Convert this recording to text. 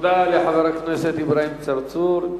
תודה לחבר הכנסת אברהים צרצור.